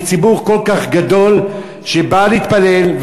בציבור כל כך גדול שבא להתפלל,